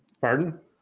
Pardon